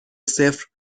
صفر